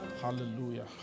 Hallelujah